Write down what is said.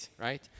right